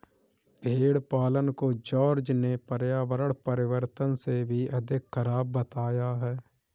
भेड़ पालन को जॉर्ज ने पर्यावरण परिवर्तन से भी अधिक खराब बताया है